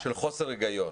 של חוסר היגיון.